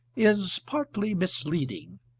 is partly misleading.